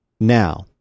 Now